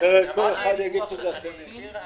ככל שיראו נתונים לא סופיים זה בעייתי מבחינתנו.